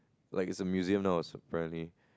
like it's a museum now apparently